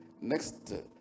Next